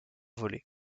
voler